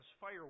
fire